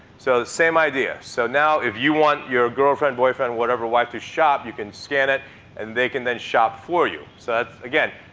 so the same idea. so now, if you want your girlfriend, boyfriend, whatever, wife, to shop, you can scan it and they can then shop for you. so that's, again,